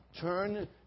Turn